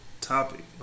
topic